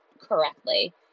correctly